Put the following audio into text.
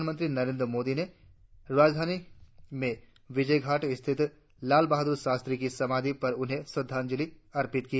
प्रधानमंत्री नरेंद्र मोदी ने राजधानी में विजयघाट स्थित लाल बहादुर शास्त्री की समाधि पर उन्हें श्रद्धाजलि अर्पित की